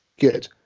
Good